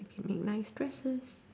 we can make nice dresses